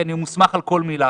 כי אני ממוסמך על כל מילה.